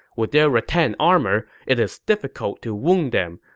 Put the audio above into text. with their rattan armor, it is difficult to wound them.